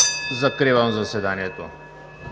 Закривам заседанието.